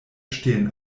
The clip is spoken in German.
stehen